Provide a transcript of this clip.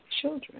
children